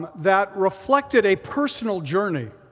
that reflected a personal journey,